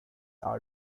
out